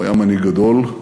הוא היה מנהיג גדול,